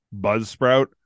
Buzzsprout